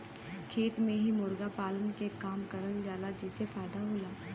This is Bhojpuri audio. खेत में ही मुर्गी पालन के काम करल जाला जेसे फायदा होला